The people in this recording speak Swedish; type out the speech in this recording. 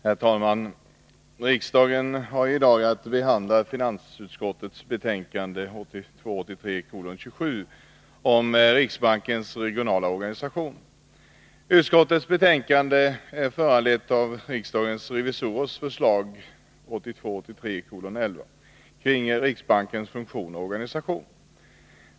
Herr talman! Riksdagen behandlar i dag finansutskottets betänkande 1982 83:11 kring riksbankens funktion och organisation.